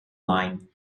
line